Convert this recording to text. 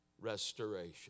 restoration